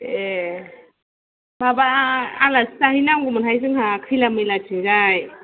ए माबा आलासि जाहैनांगौमोनहाय जोंहा खैला मैलाथिंजाय